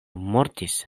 mortis